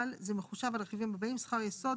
אבל זה מחושב על הרכיבים הבאים: שכר יסוד,